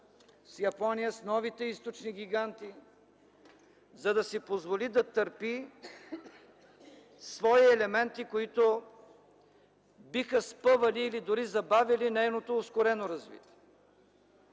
с Япония, с новите източни гиганти, за да си позволи да търпи свои елементи, които биха спъвали или дори забавяли нейното успоредно развитие.